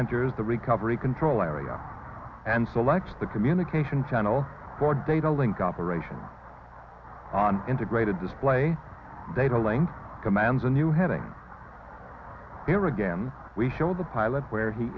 enters the recovery control area and selects the communication channel for data link operations on integrated display data link commands a new heading here again we show the pilot where he